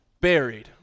Buried